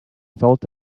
felt